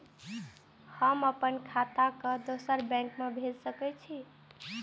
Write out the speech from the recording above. हम आपन खाता के दोसर बैंक में भेज सके छी?